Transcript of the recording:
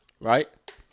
Right